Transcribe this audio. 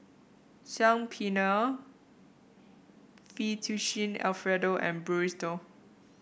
Saag Paneer Fettuccine Alfredo and